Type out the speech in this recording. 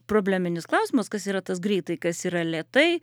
probleminis klausimas kas yra tas greitai kas yra lėtai